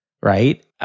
Right